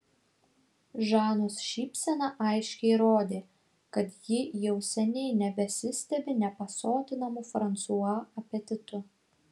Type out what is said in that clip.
žanos šypsena aiškiai rodė kad ji jau seniai nebesistebi nepasotinamu fransua apetitu